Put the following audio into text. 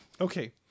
Okay